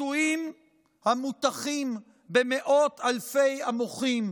הביטויים המוטחים במאות אלפי המוחים,